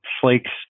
flakes